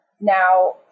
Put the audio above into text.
Now